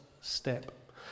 step